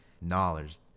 knowledge